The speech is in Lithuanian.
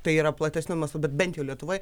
tai yra platesniu mastu bet bent jau lietuvoj